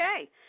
Okay